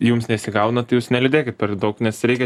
jums nesigauna tai jūs neliūdėkit per daug nes reikia